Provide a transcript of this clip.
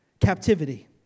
captivity